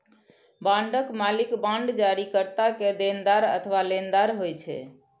बांडक मालिक बांड जारीकर्ता के देनदार अथवा लेनदार होइ छै